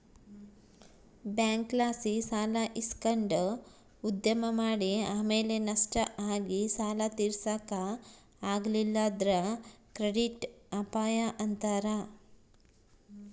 ಬ್ಯಾಂಕ್ಲಾಸಿ ಸಾಲ ಇಸಕಂಡು ಉದ್ಯಮ ಮಾಡಿ ಆಮೇಲೆ ನಷ್ಟ ಆಗಿ ಸಾಲ ತೀರ್ಸಾಕ ಆಗಲಿಲ್ಲುದ್ರ ಕ್ರೆಡಿಟ್ ಅಪಾಯ ಅಂತಾರ